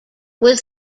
was